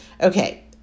Okay